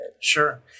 Sure